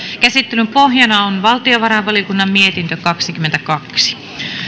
käsittelyn pohjana on valtiovarainvaliokunnan mietintö kaksikymmentäkaksi